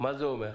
מה זה אומר?